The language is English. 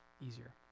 easier